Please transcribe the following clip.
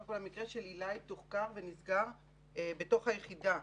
המקרה של עילי תוחקר ונסגר בתוך היחידה.